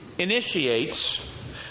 initiates